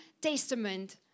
Testament